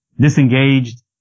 Disengaged